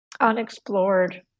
unexplored